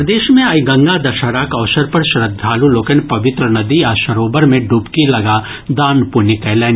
प्रदेश मे आइ गंगा दशहराक अवसर पर श्रद्धालु लोकनि पवित्र नदी आ सरोवर मे डुबकी लगा दान पुण्य कयलनि